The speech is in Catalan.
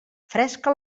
fresca